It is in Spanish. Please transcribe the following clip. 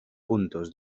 puntos